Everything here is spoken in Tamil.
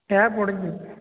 டேப் உடஞ்சி